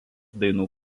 dainų